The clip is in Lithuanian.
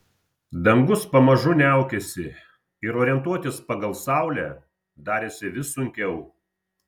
dangus pamažu niaukėsi ir orientuotis pagal saulę darėsi vis sunkiau